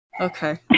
Okay